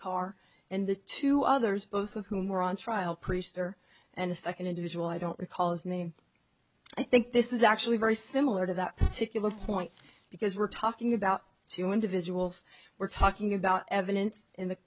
car and the two others both of whom were on trial priester and a second individual i don't recall his name i think this is actually very similar to that particular point because we're talking about two individuals we're talking about evidence in the